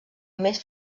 més